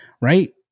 right